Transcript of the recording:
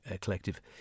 collective